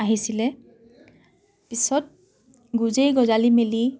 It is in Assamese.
আহিছিলে পিছত গোজেই গজালি মেলি